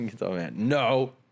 No